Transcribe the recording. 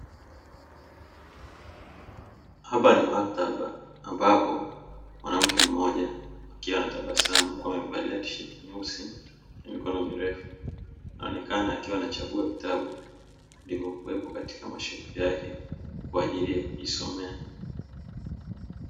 Hapa ni maktaba ambapo mwanamke mmoja akiwa anatabasamu akiwa amevalia tisheti nyeusi la mikono mirefu, akionekana akiwa anachagua vitabu vilivyokuwepo katika mashelfu yake kwa ajili ya kujisomea.